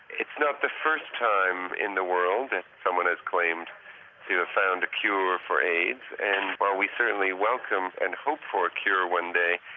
it's not the first time in the world that and someone has claimed to have found a cure for aids and while we certainly welcome and hope for a cure one day,